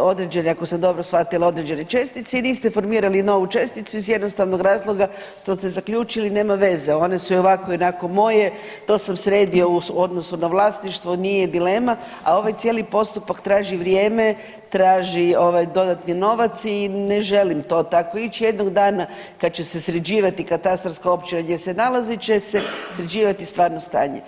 određene ako sam dobro određene čestice i niste formirali novu česticu iz jednostavnog razloga što ste zaključili nema veze one su i ovako i onako moje to sam sredio u odnosu na vlasništvo nije dilema, a ovaj cijeli postupak traži vrijeme, traži ovaj dodatni novac i ne želim to tako ići, jednog dana kad će se sređivati katastarska općina gdje nalazi će se sređivati stvarno stanje.